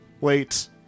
Wait